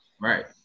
Right